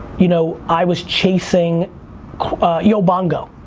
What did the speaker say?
you know i was chasing yobongo.